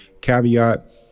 caveat